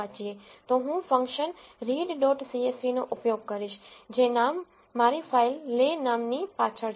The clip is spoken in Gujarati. તો હું ફંકશન રીડ ડોટ સીએસવીનો ઉપયોગ કરીશ જે નામ મારી ફાઈલ લે નામ ની પાછળ છે